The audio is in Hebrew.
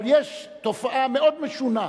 אבל יש תופעה מאוד משונה,